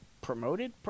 promoted